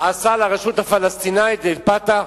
עשה לרשות הפלסטינית ו"אל-פתח"?